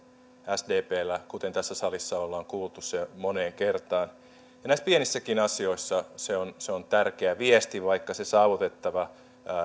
sdpllä kuten tässä salissa ollaan kuultu moneen kertaan ja näissä pienissäkin asioissa se on se on tärkeä viesti vaikka se saavutettava